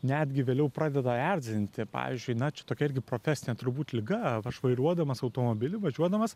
netgi vėliau pradeda erzinti pavyzdžiui na čia tokia irgi profesinė turbūt liga aš vairuodamas automobilį važiuodamas